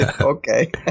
Okay